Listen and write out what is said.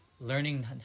Learning